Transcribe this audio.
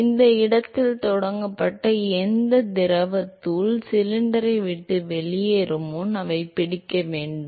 எனவே இந்த இடத்தில் தொடங்கப்பட்ட எந்த திரவத் துகள் சிலிண்டரை விட்டு வெளியேறும் முன் அவை பிடிக்க வேண்டும்